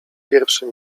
pierwszym